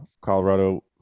colorado